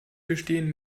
bestehen